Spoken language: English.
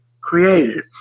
created